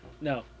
No